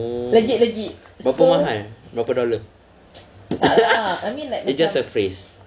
oh berapa mahal berapa dollar it's just a phrase